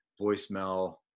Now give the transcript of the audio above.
voicemail